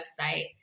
website